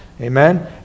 Amen